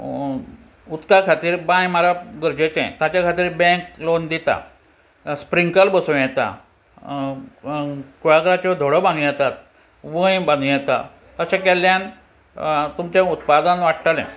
उदका खातीर बांय मारप गरजेचें ताच्या खातीर बँक लोन दिता स्प्रिंकलर बसोवं येता कुळागराच्यो धोडो बांदू येतात वय बांदू येता अशें केल्ल्यान तुमचें उत्पादन वाडटलें